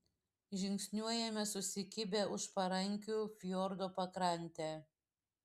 žingsniuojame susikibę už parankių fjordo pakrante